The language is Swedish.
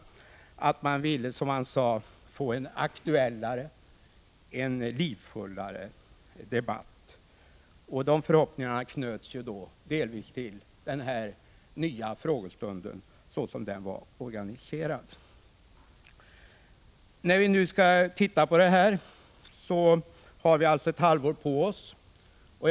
1985/86:154 sade, få en aktuellare och livfullare debatt. Dessa förhoppningar knöts delvis 28 maj 1986 till den nya frågestunden, såsom den var organiserad. Nu har vi ett halvår på oss att studera utfallet.